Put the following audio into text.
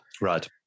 Right